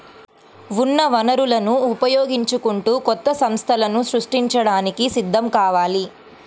ఉన్న వనరులను ఉపయోగించుకుంటూ కొత్త సంస్థలను సృష్టించడానికి సిద్ధం కావాలి